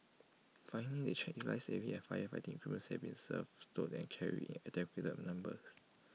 finally they check if lifesaving and firefighting has been serviced stowed and carried in adequate numbers